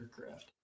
aircraft